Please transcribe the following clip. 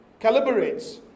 calibrates